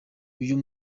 uyu